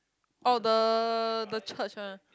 oh the the church one